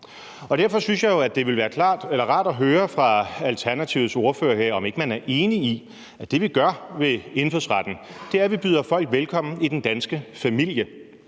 Derfor synes jeg jo, at det ville være rart at høre fra Alternativets ordfører her, om man ikke er enig i, at det, vi gør med indfødsretten, er, at vi byder folk velkommen i den danske familie.